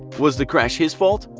was the crash his fault?